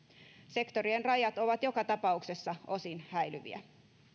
sektorien rajat ovat joka tapauksessa osin häilyviä